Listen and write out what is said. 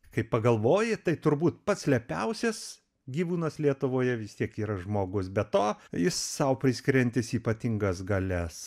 kai pagalvoji tai turbūt pats lepiausias gyvūnas lietuvoje vis tiek yra žmogus be to jis sau priskiriantis ypatingas galias